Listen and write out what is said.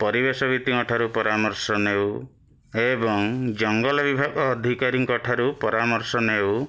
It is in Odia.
ପରିବେଶଭିତ୍ତିଙ୍କ ଠାରୁ ପରାମର୍ଶ ନେଉ ଏବଂ ଜଙ୍ଗଲ ବିଭାଗ ଅଧିକାରୀଙ୍କଠାରୁ ପରାମର୍ଶ ନେଉ